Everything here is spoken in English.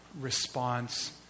response